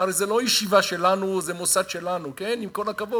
הרי זה לא ישיבה שלנו או מוסד שלנו, עם כל הכבוד.